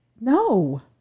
No